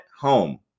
home